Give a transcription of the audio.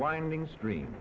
winding stream